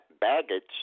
baggage